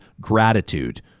gratitude